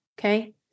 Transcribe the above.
okay